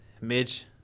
Midge